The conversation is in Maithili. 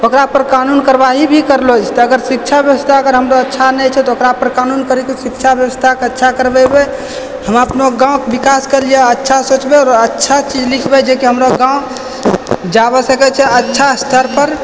ओकरा पर कानून करबाही भी करलौ जेतै अगर शिक्षा ब्यबस्था अगर हमरो अच्छा नहि छै तऽ ओकरा पर कानून करैके शिक्षा ब्यबस्था अच्छा करबेबै हमरा अपनो गाॅंव के बिकास के लिये अच्छा सोचबै आओर अच्छा चीज लिखबै जे कि हमरा गाॅंव जाबऽ सकै छै अच्छा स्तर पर